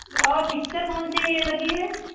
और पिक्चर कौन सी लगी है